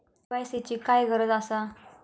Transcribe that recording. KYC ची काय गरज आसा?